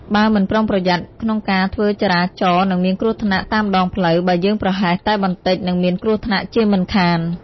បើមិនប្រុងប្រយ័ត្នក្នុងការធ្វើចរាចរនឹងមានគ្រោះថ្នាក់តាមដងផ្លូវ បើយើងប្រហែសតែបន្តិចនិងមានគ្រោះថ្នាក់ជាមិនខាន។